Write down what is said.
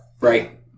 Right